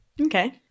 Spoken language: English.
Okay